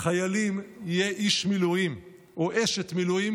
חיילים יהיה איש מילואים או אשת מילואים,